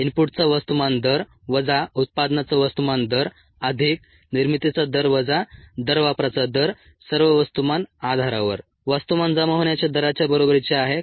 इनपुटचा वस्तुमान दर वजा उत्पादनाचा वस्तुमान दर अधिक निर्मितीचा दर वजा दर वापराचा दर सर्व वस्तुमान आधारावर वस्तुमान जमा होण्याच्या दराच्या बरोबरीचे आहे